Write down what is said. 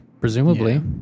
presumably